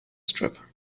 strip